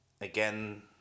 Again